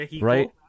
Right